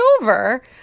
over